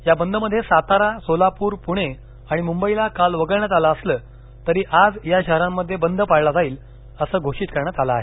या बंदमध्ये सातारा सोलापूर पुणे मुंबईला काल वगळण्यात आलं असलं तरीआज या शहरांमध्ये बंद पाळला जाईल असं घोषित करण्यात आलं आहे